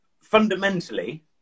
Fundamentally